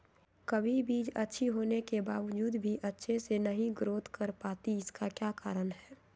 कभी बीज अच्छी होने के बावजूद भी अच्छे से नहीं ग्रोथ कर पाती इसका क्या कारण है?